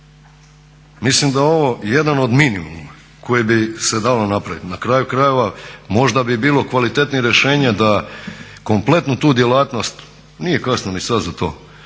Mislim da je ovo jedan od minimuma koje bi se dalo napraviti. Na kraju krajeva možda bi bilo kvalitetnije rješenje da kompletnu tu djelatnost nije kasno ni sada za to